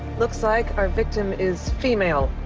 looks like our victim is female.